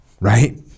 right